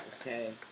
okay